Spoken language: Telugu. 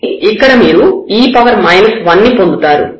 కాబట్టి ఇక్కడ మీరు e 1 ని పొందుతారు